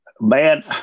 Man